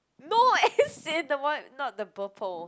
no as in the one not the purple